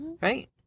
Right